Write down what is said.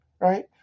Right